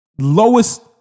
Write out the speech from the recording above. lowest